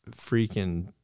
freaking